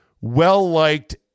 well-liked